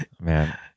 Man